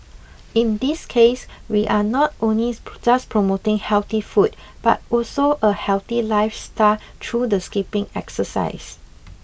in this case we are not just promoting healthy food but also a healthy lifestyle through the skipping exercise